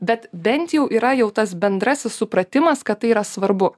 bet bent jau yra jau tas bendrasis supratimas kad tai yra svarbu